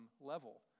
level